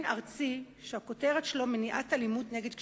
ארצי שהכותרת שלו "מניעת אלימות נגד קשישים".